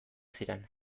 ziren